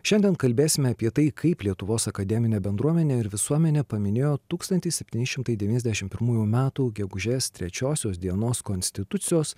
šiandien kalbėsime apie tai kaip lietuvos akademinė bendruomenė ir visuomenė paminėjo tūkstantis septyni šimtai devyniasdešimt pirmųjų metų gegužės trečiosios dienos konstitucijos